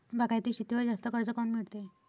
बागायती शेतीवर जास्त कर्ज काऊन मिळते?